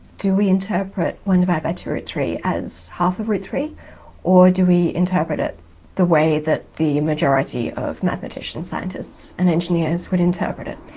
do we interpret one divided by by two root three as half of root three or do we interpret it the way that the majority of mathematicians, scientists and engineers would interpret it?